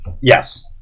Yes